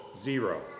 zero